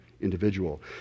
individual